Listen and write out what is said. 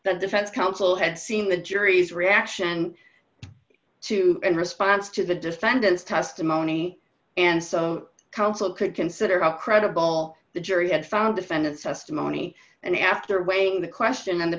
the defense counsel had seen the jury's reaction to in response to the defendant's testimony and so counsel could consider how credible the jury had found defendants us to moni and after weighing the question and the